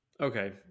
okay